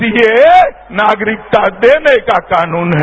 CAA नागरिकता देने का कानून है